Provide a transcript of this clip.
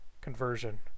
conversion